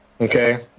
okay